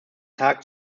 tag